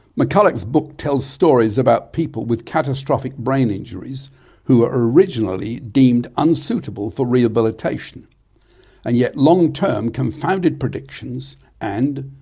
mccullagh's book tells stories about people with catastrophic brain injuries who were originally deemed unsuitable for rehabilitation and yet long term confounded predictions and,